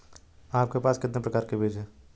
आपके पास कितने प्रकार के बीज हैं?